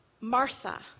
Martha